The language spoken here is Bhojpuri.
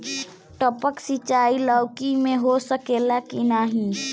टपक सिंचाई लौकी में हो सकेला की नाही?